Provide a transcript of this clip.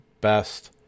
best